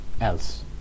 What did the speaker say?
else